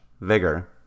Vigor